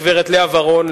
הגברת לאה ורון,